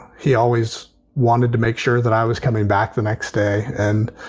he always wanted to make sure that i was coming back the next day. and,